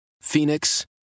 Phoenix